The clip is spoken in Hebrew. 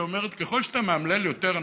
שאומרת: ככל שאתה מאמלל יותר אנשים,